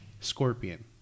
Scorpion